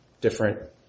different